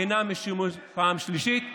אינם משולבים בלימודים פעם שלישית,